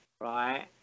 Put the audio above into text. right